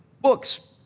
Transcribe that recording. books